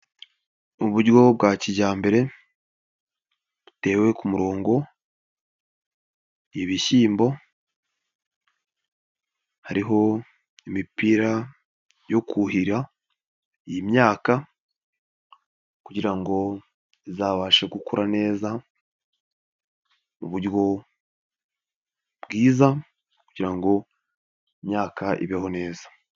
Uburyo bwa kijyambere butewe ku murongo ibishyimbo, hariho imipira yo kuhira imyaka kugira ngo izabashe gukura neza mu uburyo bwiza kugirango ngo imyaka ibeho neza.